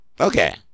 Okay